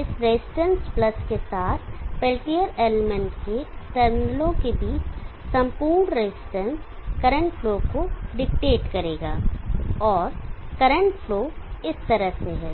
इस resistance plus के साथ पेल्टियर एलिमेंट के टर्मिनलों के बीच संपूर्ण रेजिस्टेंस करंट फ्लो को डिक्टेट करेगा और करंट फ्लो इस तरह से है